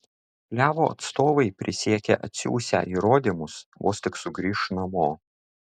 klevo atstovai prisiekė atsiųsią įrodymus vos tik sugrįš namo